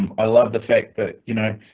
i love the fact that you know,